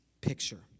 picture